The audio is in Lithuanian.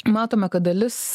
matome kad dalis